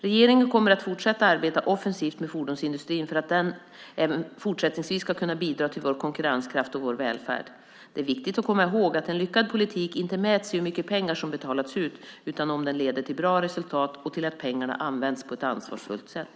Regeringen kommer att fortsätta arbeta offensivt med fordonsindustrin för att den även fortsättningsvis ska kunna bidra till vår konkurrenskraft och vår välfärd. Det är viktigt att komma ihåg att en lyckad politik inte mäts i hur mycket pengar som betalas ut utan i om den leder till bra resultat och till att pengarna används på ett ansvarsfullt sätt.